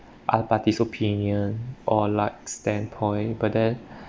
other partys opinion or like standpoint but then